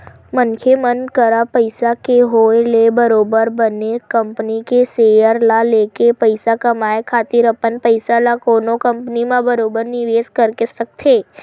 मनखे मन करा पइसा के होय ले बरोबर बने कंपनी के सेयर ल लेके पइसा कमाए खातिर अपन पइसा ल कोनो कंपनी म बरोबर निवेस करके रखथे